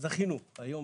זכינו היום